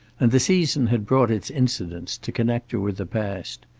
and the season had brought its incidents, to connect her with the past.